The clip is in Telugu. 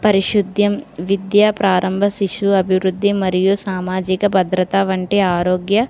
పరిశుద్యం విద్యా ప్రారంభ శిశువు అభివృద్ధి మరియు సామాజిక భద్రత వంటి ఆరోగ్య